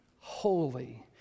holy